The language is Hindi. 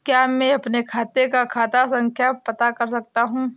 क्या मैं अपने खाते का खाता संख्या पता कर सकता हूँ?